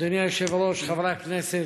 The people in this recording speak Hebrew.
אדוני היושב-ראש, חברי הכנסת,